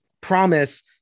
promise